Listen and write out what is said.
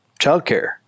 childcare